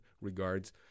regards